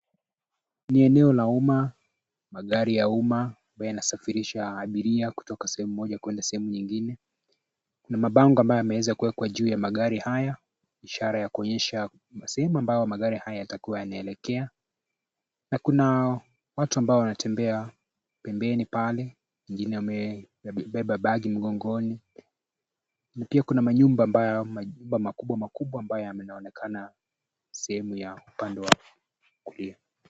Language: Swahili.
Kwenye eneo la umma, magari ya umma ambayo yanasafirisha abiria kutoka sehemu moja kuenda sehemu nyingine na mabango ambayo yameweza kuekwa juu ya magari haya, ishara ya kuonyesha sehemu ambayo magari haya yatakuwa yanaelekea na kuna watu ambao wanatembea pembeni pale wengine wamebeba begi mgongoni. Pia kuna manyumba ambayo ni manyumba makubwa makubwa ambayo yanaonekana sehemu ya upande wa kulia.